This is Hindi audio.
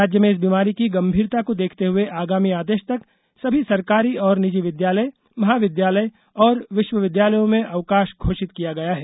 राज्य में इस बीमारी की गंभीरता को देखते हुए आगामी आदेश तक सभी सरकारी और निजी विद्यालय महाविद्यालय और विश्वविद्यालयों में अवकाश घोषित किया गया है